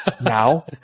now